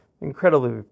incredibly